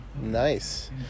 Nice